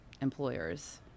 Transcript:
employers